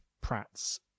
pratt's